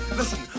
Listen